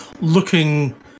looking